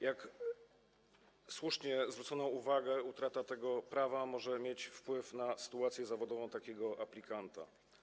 Jak słusznie zwrócono uwagę, utrata tego prawa może mieć wpływ na sytuację zawodową takiego aplikanta.